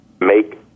make